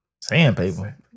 Sandpaper